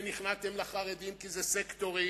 ונכנעתם לחרדים כי זה סקטורים.